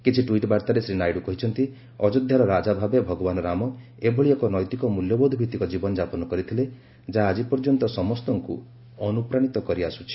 କିଛି ଟ୍ପିଟ୍ ବାର୍ତ୍ତାରେ ଶ୍ରୀ ନାଇଡ଼ୁ କହିଛନ୍ତି ଅଯୋଧ୍ୟାର ରାଜା ଭାବେ ଭଗବାନ ରାମ ଏଭଳି ଏକ ନୈତିକ ମ୍ବଲ୍ୟବୋଧ ଭିତ୍ତିକ ଜୀବନଯାପନ କରିଥିଲେ ଯାହା ଆଜି ପର୍ଯ୍ୟନ୍ତ ସମସ୍ତଙ୍କୁ ଅନୁପ୍ରାଣୀତ କରିଆସୁଛି